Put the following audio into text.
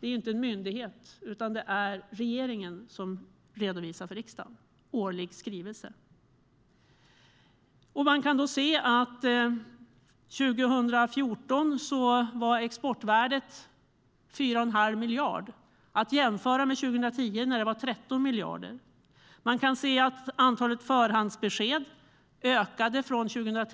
Det är inte en myndighet utan regeringen som redovisar för riksdagen i en årlig skrivelse. År 2014 var exportvärdet 4 1⁄2 miljarder. År 2010 var det 13 miljarder. Antalet förhandsbesked ökade från 19 år